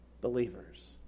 Believers